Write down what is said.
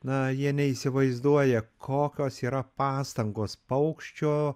na jie neįsivaizduoja kokios yra pastangos paukščio